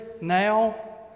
Now